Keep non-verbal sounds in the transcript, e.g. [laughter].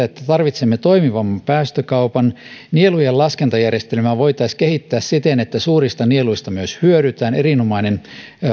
[unintelligible] että tarvitsemme toimivamman päästökaupan ja että nielujen laskentajärjestelmää voitaisiin kehittää siten että suurista nieluista myös hyödytään erinomainen